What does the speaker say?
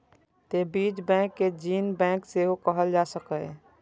तें बीज बैंक कें जीन बैंक सेहो कहल जा सकैए